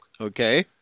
Okay